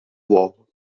war